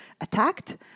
attacked